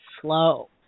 slow